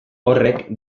horrek